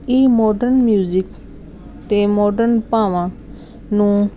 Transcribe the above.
ਈ modern music ਅਤੇ modern ਭਾਵਾਂ ਨੂੰ